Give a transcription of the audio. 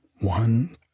One